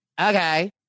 okay